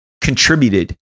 contributed